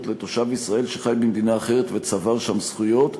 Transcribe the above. לתושב ישראל שחי במדינה אחרת וצבר שם זכויות.